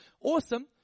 awesome